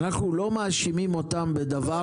אנחנו לא מאשימים אותם בדבר,